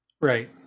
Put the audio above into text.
right